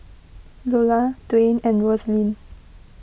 Iola Dwane and Roselyn